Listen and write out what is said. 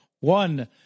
One